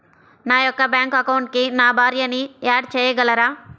నా యొక్క బ్యాంక్ అకౌంట్కి నా భార్యని యాడ్ చేయగలరా?